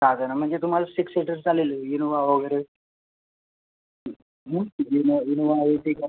सहा जण म्हणजे तुम्हाला सिक्स सिटर चालेल इनोव्हा वगैरे इनोव्हा इरटीगा